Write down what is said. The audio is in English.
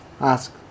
ask